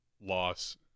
loss